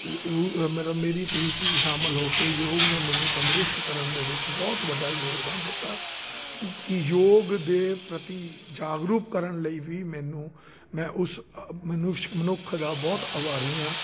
ਮ ਮੇਰਾ ਮੇਰੀ ਰੂਚੀ 'ਚ ਸ਼ਾਮਿਲ ਹੋ ਕੇ ਯੋਗ ਨੇ ਮੈਨੂੰ ਤੰਦਰੁਸਤ ਕਰਨ ਦੇ ਵਿੱਚ ਬਹੁਤ ਵੱਡਾ ਯੋਗਦਾਨ ਦਿੱਤਾ ਕਿ ਯੋਗ ਦੇ ਪ੍ਰਤੀ ਜਾਗਰੂਕ ਕਰਨ ਲਈ ਵੀ ਮੈਨੂੰ ਮੈ ਉਸ ਮਨੁੱਖ ਦਾ ਬਹੁਤ ਆਭਾਰੀ ਹਾਂ